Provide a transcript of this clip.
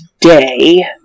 today